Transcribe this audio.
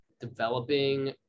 developing